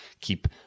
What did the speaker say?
keep